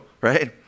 right